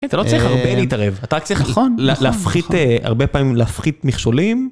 אתה לא צריך הרבה להתערב, אתה רק צריך, נכון, להפחית, הרבה פעמים להפחית מכשולים.